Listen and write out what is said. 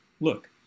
Look